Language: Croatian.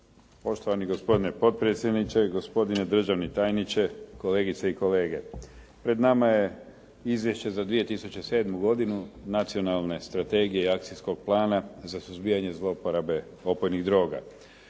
Poštovani gospodine potpredsjedniče, gospodine državni tajniče, kolegice i kolege. Pred nama je izvješće za 2007. godinu Nacionalne strategije i akcijskog plana za suzbijanje uporabe opojnih droga.